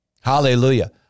Hallelujah